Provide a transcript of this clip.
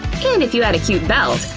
and if you add a cute belt,